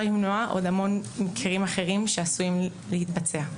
למנוע עוד המון מקרים אחרים שעשויים להתבצע.